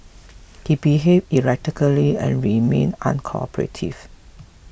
he behaved erratically and remained uncooperative